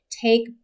take